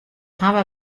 hawwe